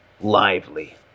Lively